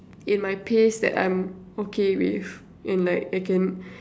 in my pace that I'm okay with and like I can